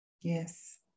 Yes